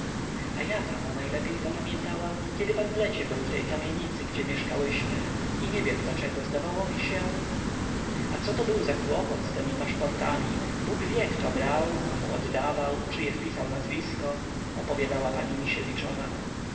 a ja pana najlepiej zapamiętałam kiedy pan w lecie był w tej kamienicy gdzie mieszkałyśmy i nie wiem dlaczego zdawało mi się a coto był za kłopot z temi parszportami bóg wie kto brał komu oddawał czyje wpisał nazwisko opowiadała pani misiewiczowa